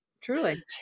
Truly